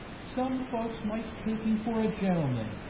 some folks might take you for a gentleman,